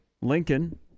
Lincoln